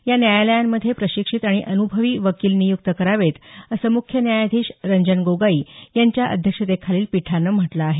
या न्यायालयांमध्ये प्रशिक्षित आणि अन्भवी वकील नियुक्त करावेत असं मुख्य न्यायाधीश रंजन गोगाई यांच्या अध्यक्षतेखालील पीठानं म्हटलं आहे